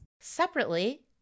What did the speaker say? Separately